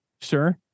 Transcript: sir